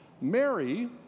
Mary